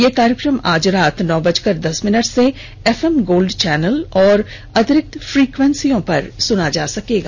ये कार्यक्रम आज रात नौ बजकर दस मिनट से एफएम गोल्ड चैनल और अतिरिक्त फ्रीक्वेंसियों पर सुना जा सकता है